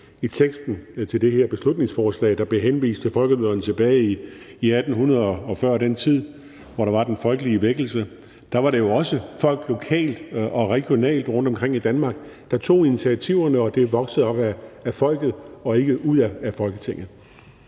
til det her beslutningsforslag, at der bliver henvist til folkemøderne tilbage i 1800-tallet og før den tid, hvor der var den folkelige vækkelse. Da var det jo også folk lokalt og regionalt rundtomkring i Danmark, der tog initiativerne, og det voksede op af folket og ikke ud af Folketinget.